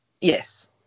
Yes